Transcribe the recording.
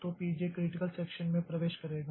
तो P j critical section में प्रवेश करेगा